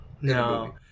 No